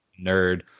nerd